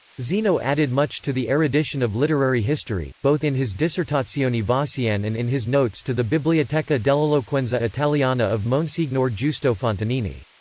zeno added much to the erudition of literary history, both in his dissertazioni vossiane and in his notes to the biblioteca dell'eloquenza italiana of monsignore giusto fontanini.